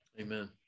Amen